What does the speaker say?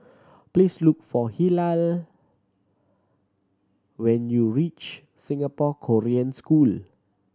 please look for Hilah when you reach Singapore Korean School